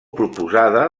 proposada